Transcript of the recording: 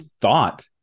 thought